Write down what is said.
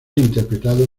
interpretado